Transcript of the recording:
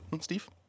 Steve